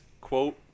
quote